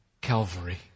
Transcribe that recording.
Calvary